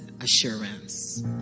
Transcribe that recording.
Assurance